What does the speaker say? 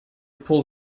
pull